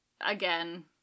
again